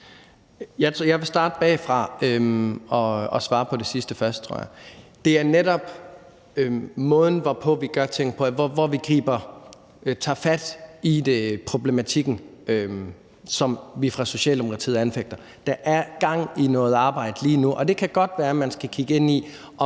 Jeg vil starte bagfra og svare på det sidste først, tror jeg. Det er netop måden, hvorpå vi gør ting, altså hvordan vi tager fat i problematikken, som vi fra Socialdemokratiets side anfægter. Der er gang i noget arbejde lige nu, og det kan godt være, man skal kigge ind i,